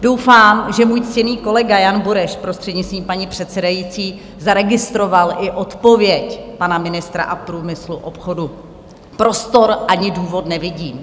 Doufám, že můj ctěný kolega Jan Bureš, prostřednictvím paní předsedající, zaregistroval i odpověď pana ministra průmyslu a obchodu: Prostor ani důvod nevidím.